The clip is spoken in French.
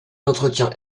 entretient